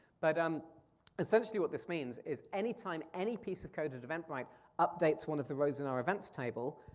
but um essentially what this means is any time any piece of code at eventbrite updates one of the rows in our events table,